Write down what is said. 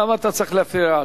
למה אתה צריך להפריע לו?